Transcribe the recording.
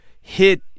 hit